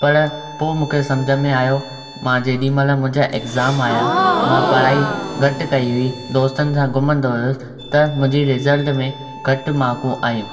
पर पोइ मूंखे सम्झ में आयो मां जेॾी महिल मुंहिंजा ऐग्ज़ाम आया मां पढ़ाई घटि कई हुई दोस्तनि सां घुमंदो होसि त मुंहिंजी रिज़ल्ट में घटि मार्कूं आयूं